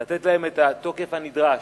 לתת להם את התוקף הנדרש.